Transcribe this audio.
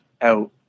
out